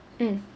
mm